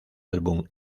álbum